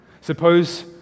Suppose